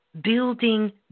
building